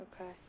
Okay